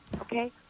okay